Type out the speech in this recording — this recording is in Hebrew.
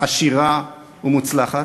עשירה ומוצלחת.